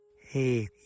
Hey